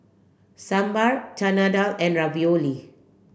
Sambar Chana Dal and Ravioli